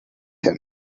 him